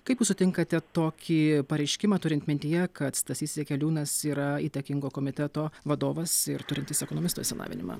kaip jūs sutinkate tokį pareiškimą turint mintyje kad stasys jakeliūnas yra įtakingo komiteto vadovas ir turintis ekonomisto išsilavinimą